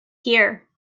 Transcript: here